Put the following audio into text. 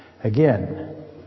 Again